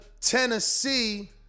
Tennessee